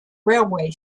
railway